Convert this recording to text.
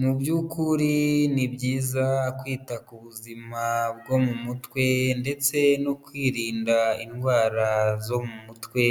Mu by'ukuri ni byiza kwita ku buzima bwo mu mutwe ndetse no kwirinda indwara zo mu mutwe